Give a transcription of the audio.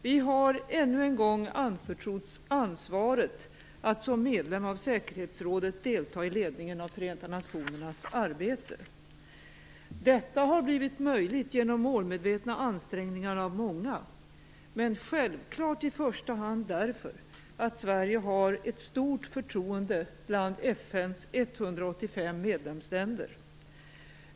Vi har ännu en gång anförtrotts ansvaret att som medlem av säkerhetsrådet delta i ledningen av Förenta nationernas arbete. Detta har blivit möjligt genom målmedvetna ansträngningar av många, men självklart i första hand därför att Sverige har ett stort förtroende bland FN:s 185 medlemsländer.